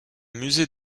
musée